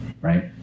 right